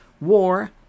War